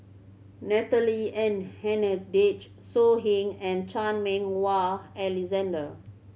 Natalie and Hennedige So Heng and Chan Meng Wah Alexander